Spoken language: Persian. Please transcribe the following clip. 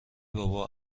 بابا